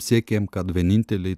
siekėm kad vieninteliai